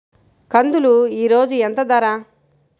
కందులు ఈరోజు ఎంత ధర?